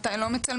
מתי לא מצלמים.